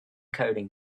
coding